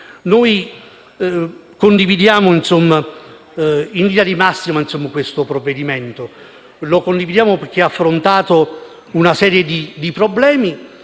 - condividiamo in linea di massima questo provvedimento, perché ha affrontato una serie di problemi